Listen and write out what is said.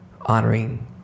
honoring